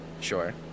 Sure